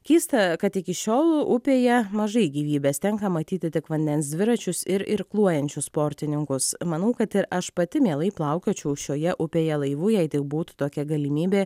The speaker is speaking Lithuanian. keista kad iki šiol upėje mažai gyvybės tenka matyti tik vandens dviračius ir irkluojančius sportininkus manau kad ir aš pati mielai plaukiočiau šioje upėje laivu jei tik būtų tokia galimybė